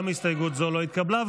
גם הסתייגות זו לא התקבלה.